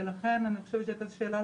לכן זה בעברית.